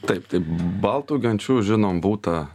taip tai baltų genčių žinom būta